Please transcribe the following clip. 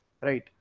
Right